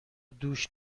دوش